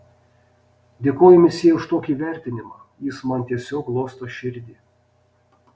dėkoju mesjė už tokį įvertinimą jis man tiesiog glosto širdį